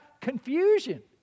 confusion